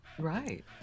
Right